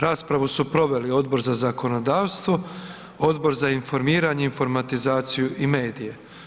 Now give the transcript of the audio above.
Raspravu su proveli Odbor za zakonodavstvo, Odbor za informiranje, informatizaciju i medije.